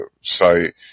site